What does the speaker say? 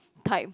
time